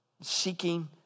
seeking